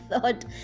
thought